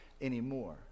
anymore